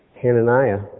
Hananiah